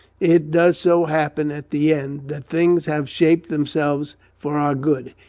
it does so happen at the end that things have shaped themselves for our good.